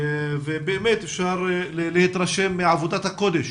ובאמת, אפשר להתרשם מעבודת הקודש